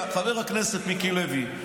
חבר הכנסת מיקי לוי.